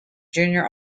junior